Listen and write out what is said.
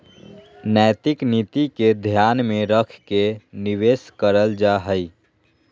नैतिक नीति के ध्यान में रख के निवेश करल जा हइ